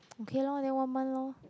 okay lor then one month lor